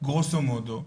גרוסו מודו.